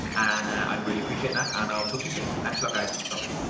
and i'd really appreciate that, and i'll talk to you soon. thanks a lot guys. bye-bye.